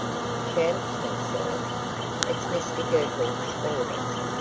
chambertin, sir? it's mr girtle's orders.